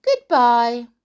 Goodbye